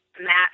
Matt